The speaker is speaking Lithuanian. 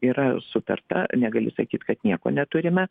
yra sutarta negali sakyt kad nieko neturime